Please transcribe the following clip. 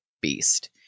beast